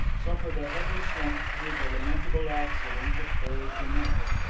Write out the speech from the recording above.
suffered a heavy slump through the lamentable accident of thursday night.